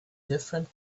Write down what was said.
different